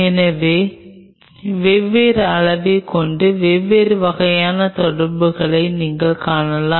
எனவே வெவ்வேறு அளவைக் கொண்டு வெவ்வேறு வகையான தொடர்புகளை நீங்கள் காணலாம்